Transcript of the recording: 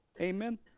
Amen